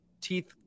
teeth